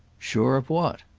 sure of what?